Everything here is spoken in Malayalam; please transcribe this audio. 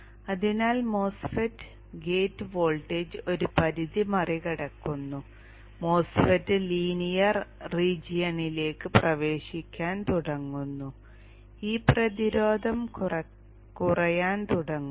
അതിനാൽ MOSFET ഗേറ്റ് വോൾട്ടേജ് ഒരു പരിധി മറികടക്കുന്നു MOSFET ലീനിയർ റീജിയണിലേക്ക് പ്രവേശിക്കാൻ തുടങ്ങുന്നു ഈ പ്രതിരോധം കുറയാൻ തുടങ്ങുന്നു